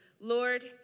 Lord